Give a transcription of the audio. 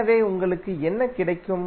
எனவே உங்களுக்கு என்ன கிடைக்கும்